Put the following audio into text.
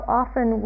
often